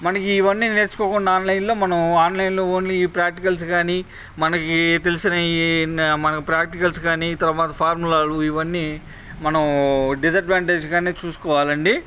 మనకి ఇవన్నీ నేర్చుకోకుండా ఆన్లైన్లో మనం ఆన్లైన్లో ఓన్లీ ఈ ప్రాక్టికల్స్ కానీ మనకి తెలిసిన ఈ మన ప్రాక్టికల్స్ కానీ తర్వాత ఫార్ములాలు ఇవన్నీ మనం డిస్అడ్వాన్టేజ్గానే చూసుకోవాలండి